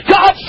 God